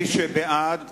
מי שבעד